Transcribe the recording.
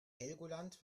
helgoland